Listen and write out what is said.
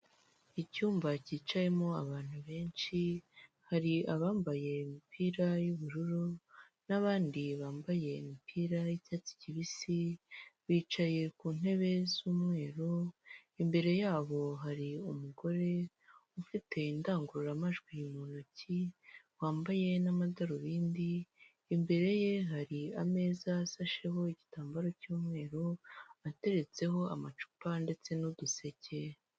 Icyumba kicayemo abantu benshi hari abambaye imipira y'ubururu n'abandi bambaye imipira y'icyatsi kibisi, bicaye ku ntebe z'umweru, imbere yabo hari umugore ufite indangururamajwi mu ntoki wambaye n'amadarubindi, imbere ye hari ameza asasheho igitambaro cy'umweru ateretseho amacupa ndetse n'uduseke.